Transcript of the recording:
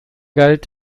galt